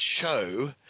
show